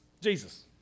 Jesus